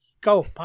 Go